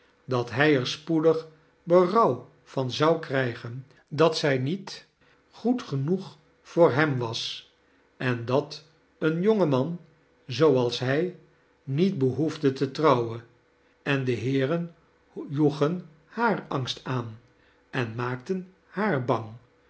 dat hij er spoedig berouw van zou krijgen dat zij niet goed genoeg voor hem was en dat een jonge man zooals hij niet behoefde te trouwen en de heeren joegen haar angst aan en maakten haar bang